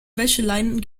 wäscheleinen